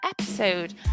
episode